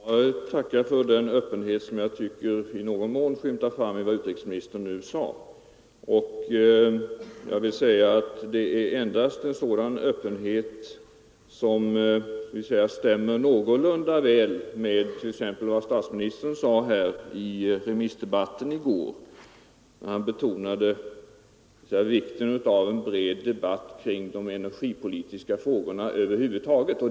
Herr talman! Jag tackar för den öppenhet som jag tycker i någon mån skymtade fram i vad utrikesministern nu sade. Det är endast en sådan öppenhet som stämmer någorlunda väl med t.ex. statsministerns uttalanden i remissdebatten i går, när han betonade vikten av en bred debatt kring de energipolitiska frågorna över huvud taget.